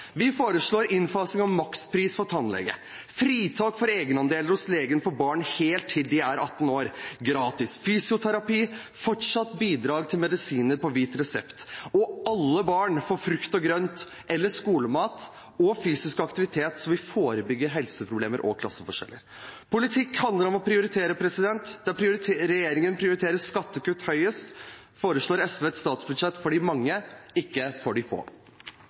Vi foreslår innfasing av makspris for tannlege, fritak for egenandeler hos legen for barn helt til de er 18 år, gratis fysioterapi, fortsatt bidrag til medisiner på hvit resept. Og alle barn får frukt og grønt eller skolemat, og fysisk aktivitet, noe som vil forebygge helseproblemer og klasseforskjeller. Politikk handler om å prioritere. Der regjeringen prioriterer skattekutt høyest, foreslår SV et statsbudsjett for de mange, ikke for de få.